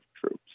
troops